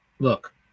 Look